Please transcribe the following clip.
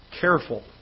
careful